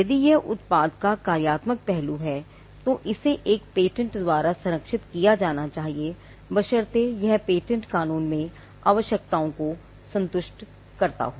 यदि यह उत्पाद का कार्यात्मक पहलू है तो इसे एक पेटेंट द्वारा संरक्षित किया जाना चाहिए बशर्ते यह पेटेंट कानून में आवश्यकताओं को संतुष्ट करता हो